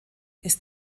ist